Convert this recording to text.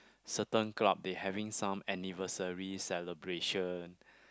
certain club they having some anniversary celebration